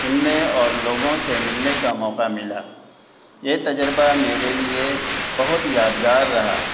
سننے اور لوگوں سے ملنے کا موقع ملا یہ تجربہ میرے لیے بہت یادگار رہا